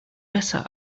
besser